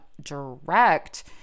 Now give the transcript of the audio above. direct